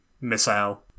missile